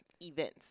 events